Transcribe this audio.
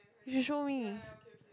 you should show me